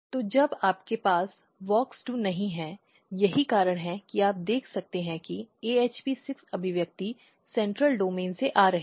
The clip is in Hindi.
तो जब आपके पास WOX2 नहीं है यही कारण है कि आप देख सकते हैं कि AHP6 अभिव्यक्ति केंद्रीय डोमेन में आ रही है